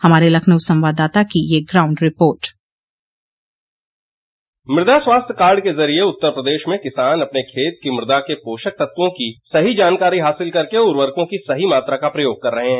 हमारे लखनऊ संवाददाता की यह ग्राउंड रिपोर्ट मृदा स्वास्थ्य कार्ड के जरिये उत्तर प्रदेश में किसान अपने खेत की मृदा के पोषक तत्वों की सही जानकारी हासिल करके उर्वरकों की सही मात्रा का प्रयोग कर रहे हैं